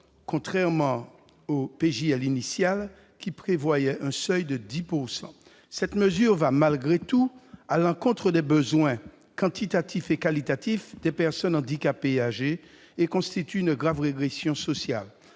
contrairement au texte initial, qui prévoyait un seuil de 10 %. Cette mesure va malgré tout à l'encontre des besoins quantitatifs et qualitatifs des personnes handicapées et âgées ; elle constitue une grave régression sociale.